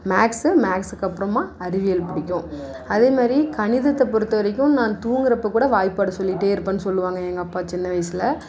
maths மேக்ஸ்ஸுக்கு அப்புறமா அறிவியல் பிடிக்கும் அதேமாதிரி கணித்தை பொறுத்த வரைக்கும் நான் தூங்குறப்போ கூட வாய்ப்பாடு சொல்லிகிட்டேருப்பன்னு சொல்லுவாங்க எங்கள் அப்பா சின்ன வயசில்